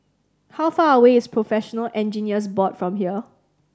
how far away is Professional Engineers Board from here